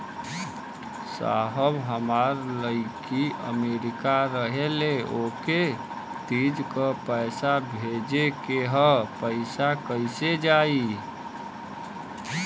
साहब हमार लईकी अमेरिका रहेले ओके तीज क पैसा भेजे के ह पैसा कईसे जाई?